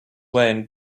wayne